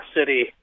city